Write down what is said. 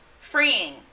freeing